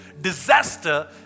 disaster